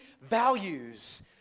values